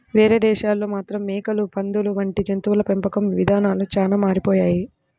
వేరే దేశాల్లో మాత్రం మేకలు, పందులు వంటి జంతువుల పెంపకం ఇదానాలు చానా మారిపోయాయి